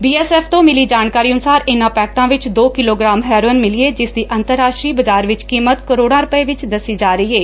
B S F ਤੋਂ ਮਿਲੀ ਜਾਣਕਾਰੀ ਅਨੁਸਾਰ ਇਨੁਾਂ ਪੈਕਟਾਂ ਵਿਚ ਦੋ ਕਿਲੋ ਗਰਾਮ ਹੈਰੋਇਨ ਮਿਲੀ ਏ ਜਿਸ ਦੀ ਅੰਤਰਰਾਸਟਰੀ ਬਾਜ਼ਾਰ ਵਿਚ ਕੀਮਤ ਕਰੋੜਾਂ ਰੁਪੈ ਵਿਚ ਦੱਸੀ ਜਾ ਰਹੀ ਏ